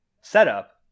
setup